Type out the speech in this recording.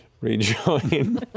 rejoin